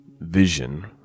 vision